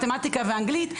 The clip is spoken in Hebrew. מתמטיקה ואנגלית,